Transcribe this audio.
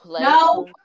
No